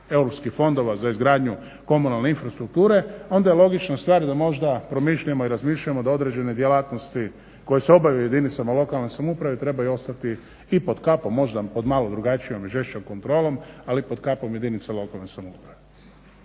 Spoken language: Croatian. europskih fondova za izgradnju komunalne infrastrukture onda je logična stvar da možda promišljamo i razmišljamo da određene djelatnosti koje se obave u jedinicama lokalne samouprave trebaju ostati i pod kapom, možda malo drugačijom i žešćom kontrolom, ali pod kapom jedinica lokalne samouprave.